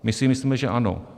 My si myslíme, že ano.